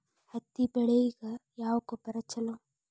ಹತ್ತಿ ಬೆಳಿಗ ಯಾವ ಗೊಬ್ಬರ ಛಲೋ?